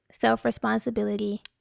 self-responsibility